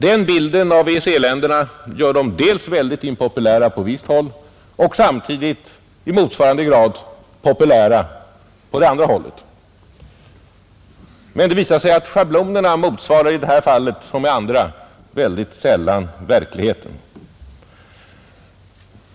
Den bilden av EEC-länderna gör dem dels väldigt impopulära på visst håll, dels i motsvarande grad populära på det andra hållet. Men vi kan i det här fallet som i andra fall konstatera att schablonerna mycket sällan motsvarar verkligheten.